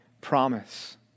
promise